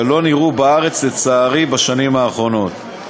שלא נראו בארץ, לצערי, בשנים האחרונות.